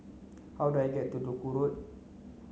how do I get to Duku Road